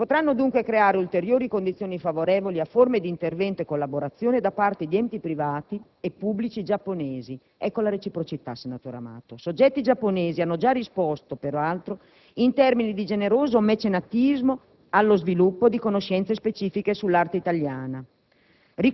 Si potranno dunque creare ulteriori condizioni favorevoli a forme di intervento e collaborazione da parte di enti privati e pubblici giapponesi, ecco la reciprocità, senatore Amato. Soggetti giapponesi hanno già risposto, peraltro, in termini di generoso mecenatismo allo sviluppo di conoscenze specifiche sull'arte italiana.